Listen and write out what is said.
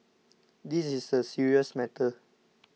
this is a serious matter